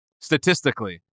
statistically